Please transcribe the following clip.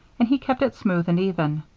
and he kept it smooth and even.